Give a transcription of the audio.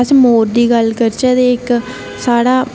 अस मोर दी गल्ल करचै ते एह् इक साढ़ा